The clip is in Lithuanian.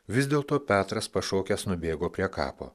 vis dėlto petras pašokęs nubėgo prie kapo